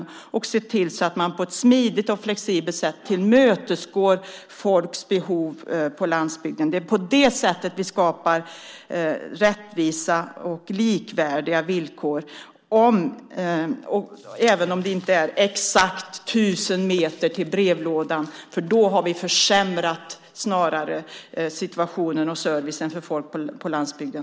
Folks behov på landsbygden ska på ett smidigt och flexibelt sätt tillmötesgås. På det sättet skapar vi rättvisa och likvärdiga villkor även om det inte är 1 000 meter till brevlådan. Annars har vi snarare försämrat situationen och servicen för folk på landsbygden.